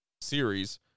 series